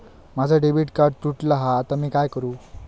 माझा debit card तुटला हा आता मी काय करू?